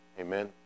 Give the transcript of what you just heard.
Amen